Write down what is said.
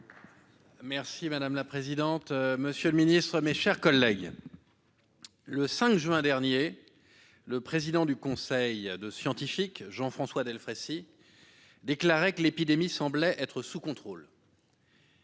Capus. Madame la présidente, monsieur le ministre, mes chers collègues, le 5 juin dernier, le président du conseil scientifique, Jean-François Delfraissy, déclarait que l'épidémie semblait être sous contrôle.